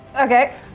okay